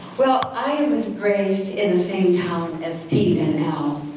well i was raised in the same town as pete and al.